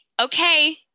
okay